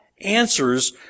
answers